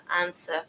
answer